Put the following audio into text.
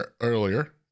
earlier